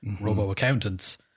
robo-accountants